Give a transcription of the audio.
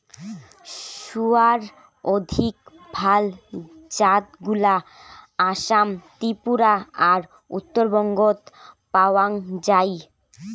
গুয়ার অধিক ভাল জাতগুলা আসাম, ত্রিপুরা আর উত্তরবঙ্গত পাওয়াং যাই